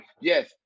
yes